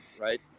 right